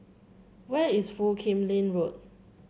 where is Foo Kim Lin Road